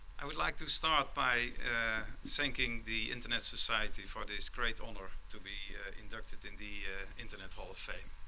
i would like to start by thanking the internet society for this great honor to be inducted in the internet hall of fame.